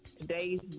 today's